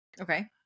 okay